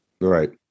right